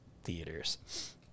theaters